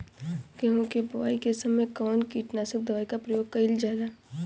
गेहूं के बोआई के समय कवन किटनाशक दवाई का प्रयोग कइल जा ला?